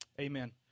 Amen